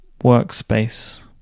workspace